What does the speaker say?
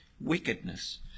wickedness